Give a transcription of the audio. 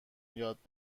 یاد